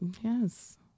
Yes